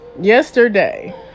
Yesterday